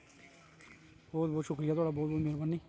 बहुत बहुत शुक्रिया थुआढ़ा बहुत बहुत मैहरवानी